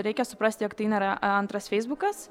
reikia suprasti jog tai nėra antras feisbukas